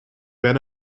ben